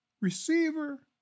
receiver